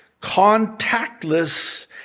contactless